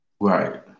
Right